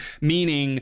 meaning